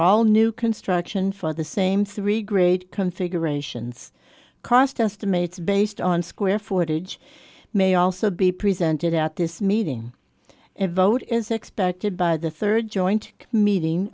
all new construction for the same three grade configurations cost estimates based on square footage may also be presented at this meeting a vote is expected by the third joint meeting